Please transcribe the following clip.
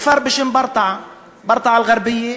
כפר בשם ברטעה אל-ע'רביה,